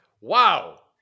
Wow